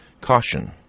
Caution